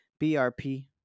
brp